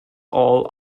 all